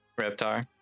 Reptar